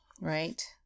right